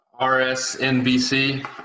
RSNBC